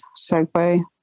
segue